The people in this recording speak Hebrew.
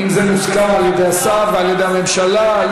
אם זה מוסכם על-ידי השר ועל-ידי הממשלה.